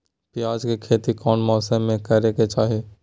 प्याज के खेती कौन मौसम में करे के चाही?